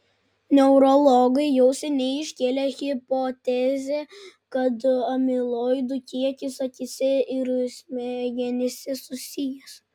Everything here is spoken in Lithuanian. neurologai jau seniai iškėlė hipotezę kad amiloidų kiekis akyse ir smegenyse susijęs